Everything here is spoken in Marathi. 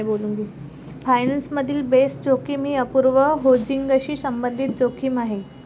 फायनान्स मधील बेस जोखीम ही अपूर्ण हेजिंगशी संबंधित जोखीम आहे